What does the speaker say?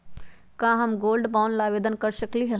का हम gold bond ला आवेदन कर सकली ह?